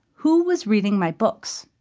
who was reading my books?